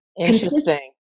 Interesting